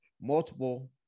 multiple